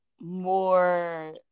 more